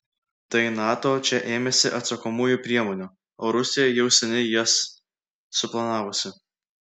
tai nato čia ėmėsi atsakomųjų priemonių o rusija jau seniai jas suplanavusi